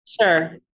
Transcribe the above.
Sure